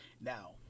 Now